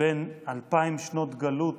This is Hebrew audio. בין אלפיים שנות גלות